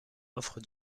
offre